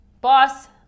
Boss